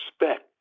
respect